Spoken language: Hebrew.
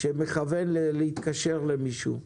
שמכוון להתקשר למישהו.